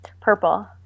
Purple